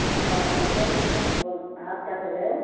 اچھا ہو رہا ہے پینٹ اور آپ کیا کر رہے ہو